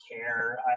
care